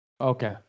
Okay